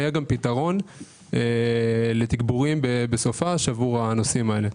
היה גם פתרון לתגבורים בסופ"ש עבור הנושאים האלה.